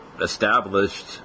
established